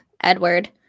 Edward